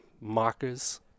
markers